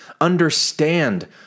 Understand